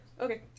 Okay